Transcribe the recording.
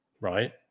right